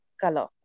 color